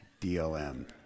DLM